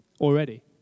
already